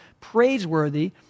praiseworthy